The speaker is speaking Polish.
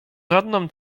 żadną